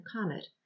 comet